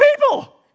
people